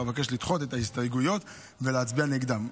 ואבקש לדחות את ההסתייגויות ולהצביע נגדן.